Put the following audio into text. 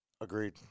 Agreed